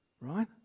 Right